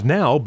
now